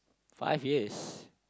five years